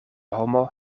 homo